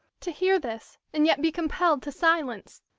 to hear this, and yet be compelled to silence!